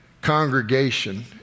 congregation